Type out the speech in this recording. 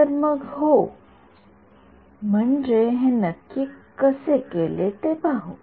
तर मग हो म्हणजे हे नक्की कसे केले ते पाहू